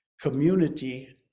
community